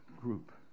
group